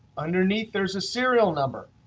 underneath, there's a serial number,